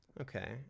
okay